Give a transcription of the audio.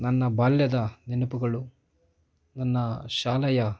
ನನ್ನ ಬಾಲ್ಯದ ನೆನಪುಗಳು ನನ್ನ ಶಾಲೆಯ